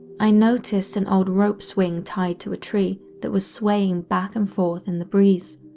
i noticed an old rope swing tied to a tree that was swaying back and forth in the breeze,